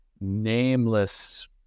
nameless